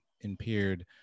impaired